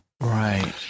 Right